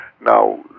Now